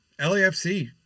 LAFC